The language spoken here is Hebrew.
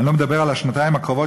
אני לא מדבר על השנתיים הקרובות,